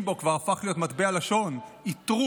בו וכבר הפך להיות מטבע לשון "אִתרוּג".